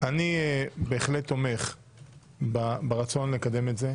אני בהחלט תומך ברצון לקדם את זה.